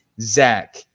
Zach